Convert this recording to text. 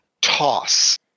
toss